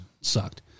Sucked